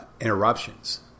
interruptions